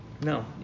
No